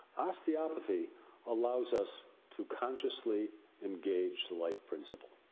osteopathy allows us to consciously engage the life principle.